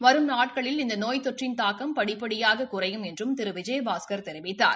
வரும் நாட்களில் இந்த நோய் தொற்றின் தாக்கம் படிப்படியாக குறையும் என்றும் திரு விஜயபாஸ்கர் தெரிவித்தார்